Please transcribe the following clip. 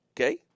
okay